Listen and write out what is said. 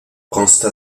consta